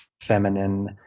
feminine